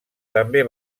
també